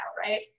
right